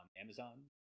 Amazon